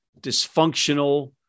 dysfunctional